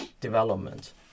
development